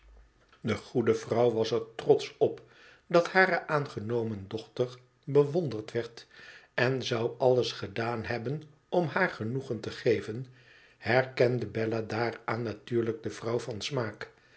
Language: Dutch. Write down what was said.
de goede vrouw was er trotsch op dat hare aangenomen dochter bewonderd werd en zou alles gedaan hebben om hzai genoegen te geven herkende bella daaraan natuurlijk de vrouw van smaak